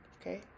Okay